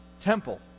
temple